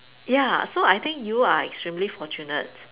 ya so I think you are extremely fortunate